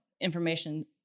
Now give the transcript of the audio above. information